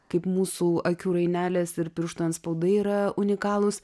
kaip mūsų akių rainelės ir pirštų antspaudai yra unikalūs